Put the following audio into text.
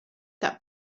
that